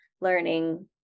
learning